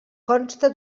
consta